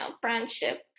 friendship